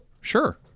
Sure